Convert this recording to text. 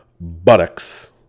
buttocks